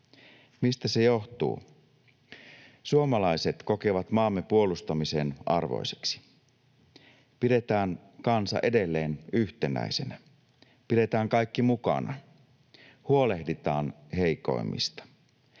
Mistä se johtuu? Suomalaiset kokevat maamme puolustamisen arvoiseksi. Pidetään kansa edelleen yhtenäisenä, pidetään kaikki mukana, huolehditaan heikoimmista,